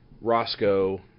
roscoe